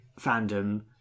fandom